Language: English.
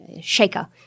shaker